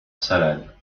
salade